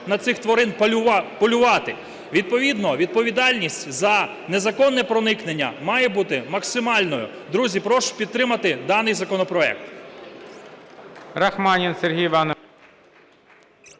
на цих тварин полювати. Відповідно відповідальність за незаконне проникнення має бути максимальною. Друзі, прошу підтримати даний законопроект.